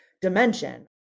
dimension